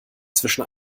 zwischen